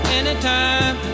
anytime